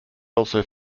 also